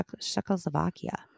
Czechoslovakia